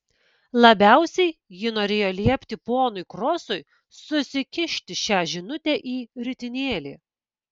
labiausiai ji norėjo liepti ponui krosui susikišti šią žinutę į ritinėlį